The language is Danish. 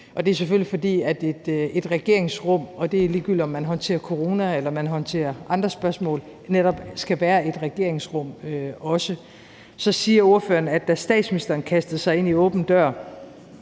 Det er selvfølgelig, fordi et regeringsrum, og det er ligegyldigt, om man håndterer corona eller man håndterer andre spørgsmål, netop også skal være et regeringsrum. Så siger ordføreren »da statsministeren kastede sig ind i åben